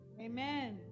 Amen